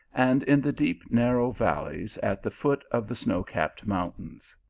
and in the deep narrow valleys at the foot of the snow-capped mountains.